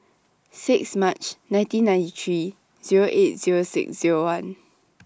six March nineteen ninety three Zero eight Zero six Zero one